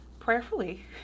prayerfully